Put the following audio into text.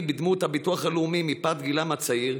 בדמות הביטוח הלאומי מפאת גילם הצעיר.